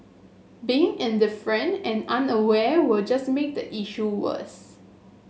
being indifferent and unaware will just make the issue worse